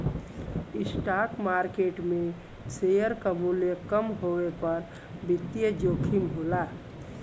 stock market में share क मूल्य कम होये पर वित्तीय जोखिम होला